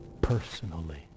personally